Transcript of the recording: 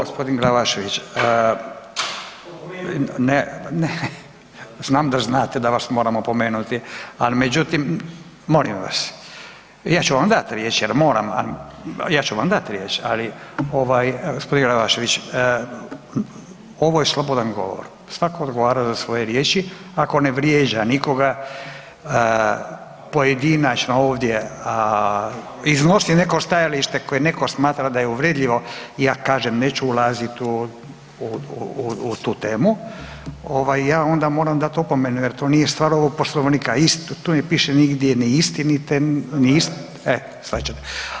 Gospodin Glavašević, ne, znam da znate da vas moram opomenuti, ali međutim molim vas ja ću vam dati riječ jer moram, a ja ću vam dati riječ, ali ovaj gospodin Glavašević ovo je slobodan govor, svatko odgovara za svoje riječi ako ne vrijeđa nikoga, pojedinačno ovdje iznosi neko stajalište koje netko smatra da je uvredljivo ja kažem neću ulaziti u tu temu, ovaj ja onda moram dati tu opomenu jer to nije stvar ovog Poslovnika, tu ne piše ni istinite, e shvaćate.